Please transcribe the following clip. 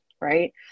right